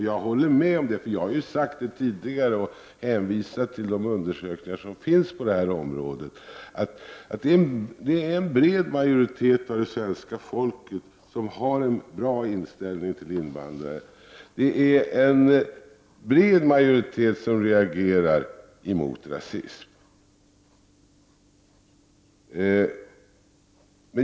Jag håller med om det, och jag har sagt tidigare — och hänvisat till de undersökningar som finns på området — att en bred majoritet av det svenska folket har en bra inställning till invandrare. Det är en bred majoritet som reagerar mot rasism.